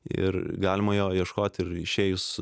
ir galima jo ieškoti ir išėjus